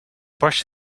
barst